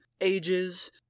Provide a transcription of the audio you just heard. ages